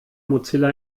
mozilla